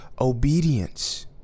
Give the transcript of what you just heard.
obedience